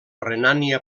renània